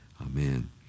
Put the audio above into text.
Amen